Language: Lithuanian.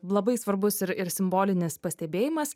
labai svarbus ir ir simbolinis pastebėjimas